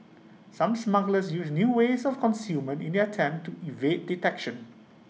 some smugglers used new ways of concealment in their attempts to evade detection